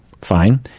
fine